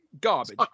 garbage